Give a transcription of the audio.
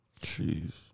Jeez